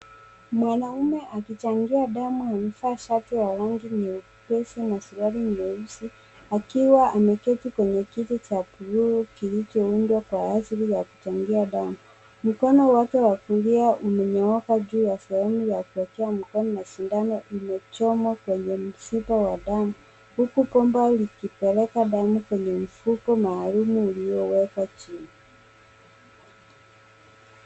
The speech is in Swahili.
Mwanaume, akichangia damu, amevaa shati ya rangi nyepesi na suruali nyeusi, akiwa ameketi kwenye kiti cha buluu kilichoundwa kwa ajili ya kuchangia damu. Mkono wake wa kulia umenyooka juu ya sehemu ya kuwekea mkono na sindano imechomwa kwenye mshipa wa damu huku bomba likipeleka damu kwenye mfuko maalum uliowekwa chini.